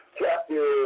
chapter